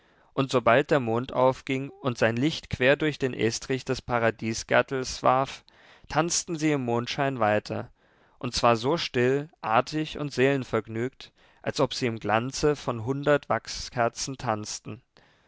und sobald der mond aufging und sein licht quer durch den estrich des paradiesgärtels warf tanzten sie im mondschein weiter und zwar so still artig und seelenvergnügt als ob sie im glanze von hundert wachskerzen tanzten